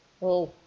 oh